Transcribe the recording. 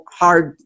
hard